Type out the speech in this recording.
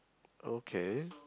okay